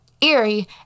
eerie